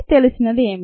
తెలిసినది ఏమిటి